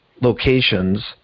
locations